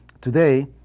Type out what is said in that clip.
today